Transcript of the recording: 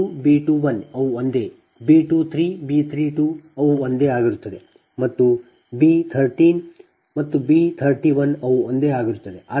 B12 B21 ಅವು ಒಂದೇ B23 B32 ಅವು ಒಂದೇ ಆಗಿರುತ್ತವೆ ಮತ್ತು B13 ಮತ್ತು B31 ಅವು ಒಂದೇ ಆಗಿರುತ್ತವೆ ಸರಿ